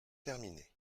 terminé